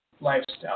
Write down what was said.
lifestyle